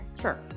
Sure